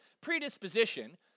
predisposition